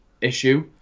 issue